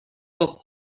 poc